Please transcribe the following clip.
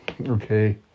okay